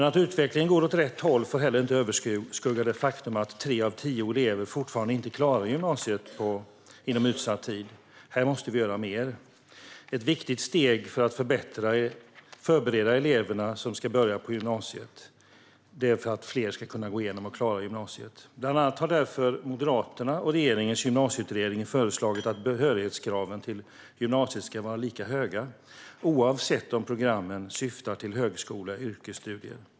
Att utvecklingen går åt rätt håll får inte överskugga det faktum att tre av tio elever fortfarande inte klarar gymnasiet inom utsatt tid. Här måste vi göra mer. Ett viktigt steg är att förbereda de elever som ska börja på gymnasiet för att fler ska kunna gå igenom och klara gymnasiet. Moderaterna och regeringens gymnasieutredning har därför bland annat föreslagit att behörighetskraven till gymnasiet ska vara lika höga oavsett om programmen syftar till högskole eller yrkesstudier.